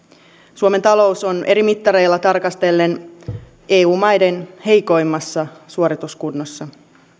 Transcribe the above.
suomen talous on eri mittareilla tarkastellen eu maiden heikoimmassa suorituskunnossa